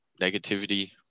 negativity